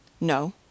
No